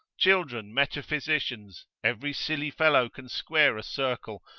children metaphysicians every silly fellow can square a circle,